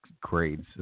grades